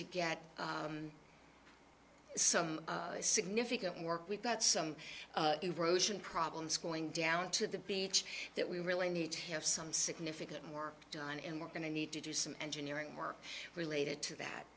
to get some significant work we've got some erosion problems cooling down to the beach that we really need to have some significant more done and we're going to need to do some engineering work related to that